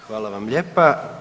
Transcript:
Hvala vam lijepa.